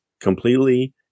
completely